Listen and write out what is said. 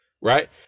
right